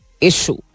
issue